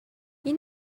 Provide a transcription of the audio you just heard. این